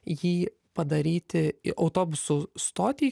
jį padaryti autobusų stotį